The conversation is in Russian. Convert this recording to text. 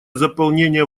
заполнения